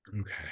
Okay